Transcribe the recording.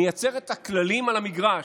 נייצר את הכללים על המגרש,